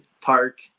park